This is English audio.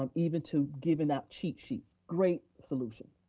um even to giving out cheat sheets, great solution.